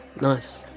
Nice